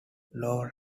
lower